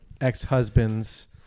ex-husband's